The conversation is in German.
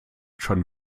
schon